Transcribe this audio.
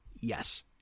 yes